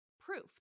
proof